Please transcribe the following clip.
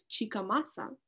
Chikamasa